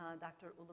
Dr